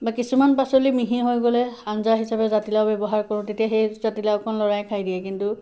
বা কিছুমান পাচলি মিহি হৈ গ'লে আঞ্জা হিচাপে জাতিলাও ব্যৱহাৰ কৰোঁ তেতিয়া সেই জাতিলাওকণ ল'ৰাই খাই দিয়ে কিন্তু